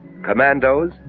commandos